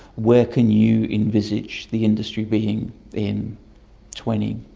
where can you envisage the industry being in twenty,